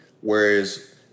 Whereas